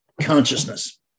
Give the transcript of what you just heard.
consciousness